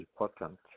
important